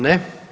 Ne.